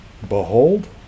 Behold